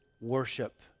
worship